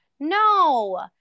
No